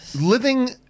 living